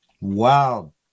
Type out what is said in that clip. wow